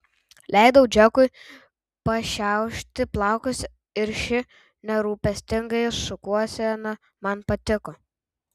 leidau džekui pašiaušti plaukus ir ši nerūpestinga šukuosena man patiko